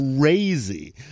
crazy